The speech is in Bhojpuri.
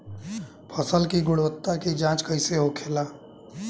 फसल की गुणवत्ता की जांच कैसे होखेला?